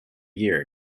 year